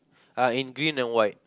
uh in green and white